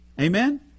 Amen